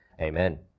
Amen